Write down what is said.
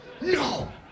No